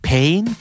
Pain